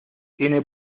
tiene